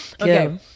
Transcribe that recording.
Okay